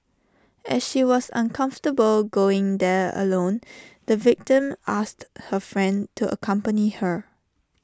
as she was uncomfortable going there alone the victim asked her friend to accompany her